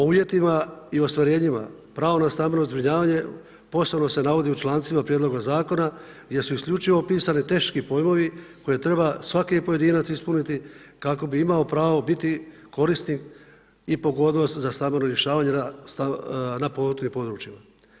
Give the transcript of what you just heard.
O uvjetima i ostvarenjima prava na stambeno zbrinjavanje posebno se navodi u člancima Prijedloga zakona gdje su isključivo pisani teški pojmovi koje treba svaki pojedinac ispuniti kako bi imao pravo biti korisnik i pogodnost za stambeno rješavanje na potpomognutim područjima.